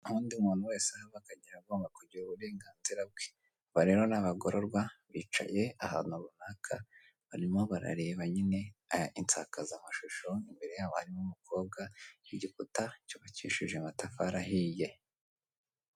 Ntawundi muntu wese aho ava akagera agomba kutagira uburenganzira bwe, aha rero hari abagororwa bicaye ahantu runaka barimo barareba nyine insakazamashusho imbere yabo harimo umukobwa w'giputa cyubakishije amatafari ahiye.